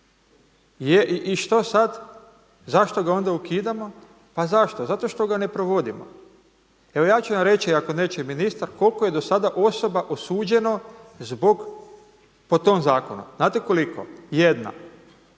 I što sad? Zašto ga onda ukidamo? Pa zašto? Zato što ga ne provodimo. Evo ja ću vam reći ako neće ministar koliko je do sada osoba osuđeno zbog po tom zakonu? Znate koliko? Jedna,